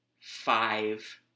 five